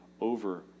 over